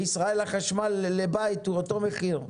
בישראל החשמל לבית הוא אותו המחיר.